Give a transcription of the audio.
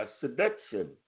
seduction